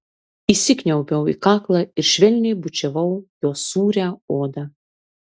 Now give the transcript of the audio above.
įsikniaubiau į kaklą ir švelniai bučiavau jo sūrią odą